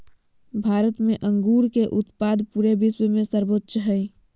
भारत में अंगूर के उत्पाद पूरे विश्व में सर्वोच्च हइ